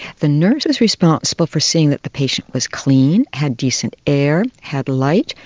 the nurse is responsible for seeing that the patient was clean, had decent air, had light,